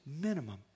minimum